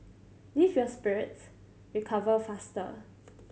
lift your spirits recover faster